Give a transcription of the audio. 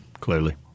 Clearly